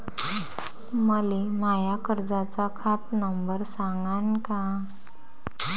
मले माया कर्जाचा खात नंबर सांगान का?